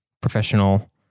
professional